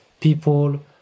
people